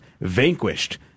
vanquished